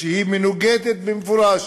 ואומרת שהיא מנוגדת במפורש